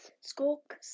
Skulk